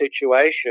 situation